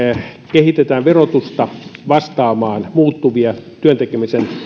kehitetään verotusta vastaamaan muuttuvia työn tekemisen